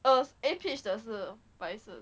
uh A peach 的是白色